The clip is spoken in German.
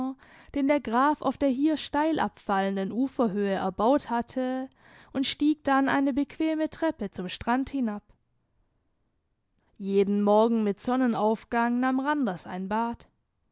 den der graf auf der hier steil abfallenden uferhöhe erbaut hatte und stieg dann eine bequeme treppe zum strand hinab jeden morgen mit sonnenaufgang nahm randers ein bad